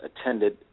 attended